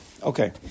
Okay